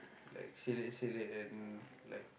like selek selek and like